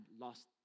lost